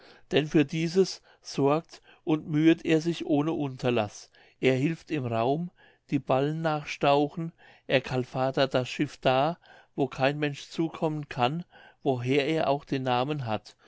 denn für dieses sorgt und mühet er sich ohne unterlaß er hilft im raum die ballen nachstauchen er kalfatert das schiff da wo kein mensch zukommen kann woher er auch den namen hat